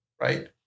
right